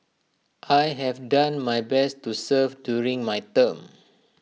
I have done my best to serve during my term